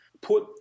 put